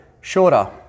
shorter